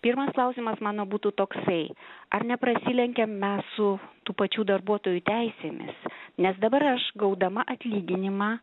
pirmas klausimas mano būtų toksai ar neprasilenkiam mes su tų pačių darbuotojų teisėmis nes dabar aš gaudama atlyginimą